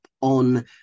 On